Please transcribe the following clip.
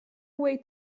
away